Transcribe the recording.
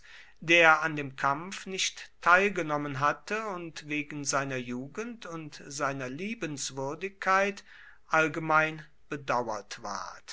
der an dem kampf nicht teilgenommen hatte und wegen seiner jugend und seiner liebenswürdigkeit allgemein bedauert ward